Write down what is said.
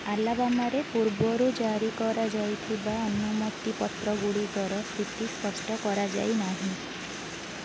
ଆଲାବାମାରେ ପୂର୍ବରୁ ଜାରି କରାଯାଇଥିବା ଅନୁମତି ପତ୍ରଗୁଡ଼ିକର ସ୍ଥିତି ସ୍ପଷ୍ଟ କରାଯାଇ ନାହିଁ